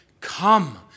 Come